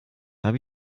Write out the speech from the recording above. habe